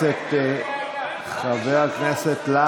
אתם קלקלתם, אנחנו נתקן.